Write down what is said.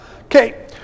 Okay